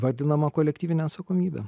vadinama kolektyvine atsakomybe